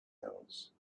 else